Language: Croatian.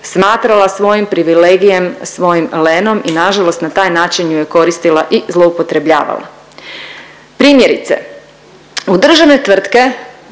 smatrala svojim privilegijem, svojim lenom i nažalost na taj način ju koristila i zloupotrebljavala. Primjerice u državne tvrtke